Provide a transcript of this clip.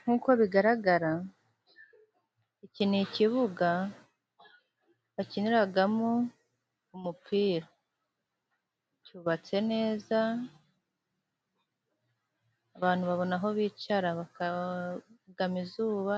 Nkuko bigaragara iki ni ikibuga bakiniragamo umupira. Cyubatse neza ,abantu babona aho bicara bakagama izuba,